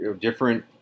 different